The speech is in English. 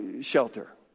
shelter